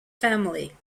family